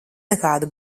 nekādu